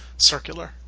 circular